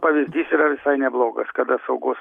pavyzdys yra visai neblogas kada saugos